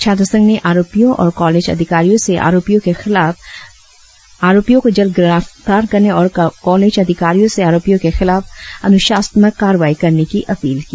छात्र संघ ने आरोपियों और कालेज अधिकारियों से आरोपियों के खिलाफ को जल्द गिरफ्तार करने और कालेज अधिकारियों से आरोपियों के खिलाफ अनुशासनात्मक कार्रवाई करने की अपील की